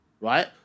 right